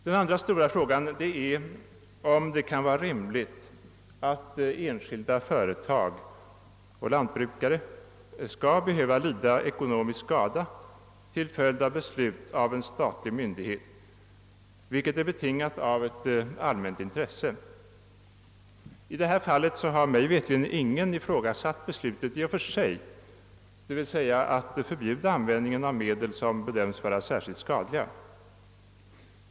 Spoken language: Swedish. Den andra stora frågan är om det kan anses rimligt att enskilda företag och lantbrukare skall behöva lida ekonomisk skada till följd av beslut av statlig myndighet i en fråga av ett allmänt intresse. I detta fall har mig veterligt ingen i och för sig ifrågasatt beslutet om förbud mot användning av medel som bedöms vara särskilt skadliga.